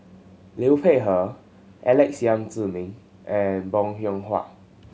Liu Peihe Alex Yam Ziming and Bong Hiong Hwa